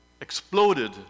exploded